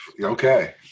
Okay